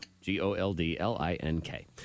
g-o-l-d-l-i-n-k